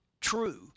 true